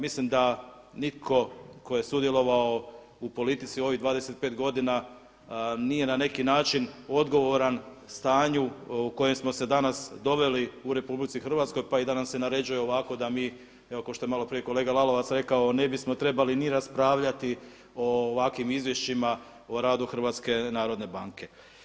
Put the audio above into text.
Mislim da nitko tko je sudjelovao u politici ovih 25 godina nije na neki način odgovoran stanju u kojem smo se danas doveli u RH pa i da nam se naređuje ovako da mi kao što je maloprije kolega Lalovac rekao ne bismo trebali ni raspravljati o ovakvim izvješćima o radu HNB.